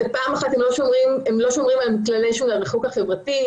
לכך שהם לא שומרים על כללי הריחוק החברתי,